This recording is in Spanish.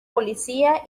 policía